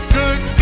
good